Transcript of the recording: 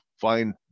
find